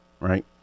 right